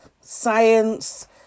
science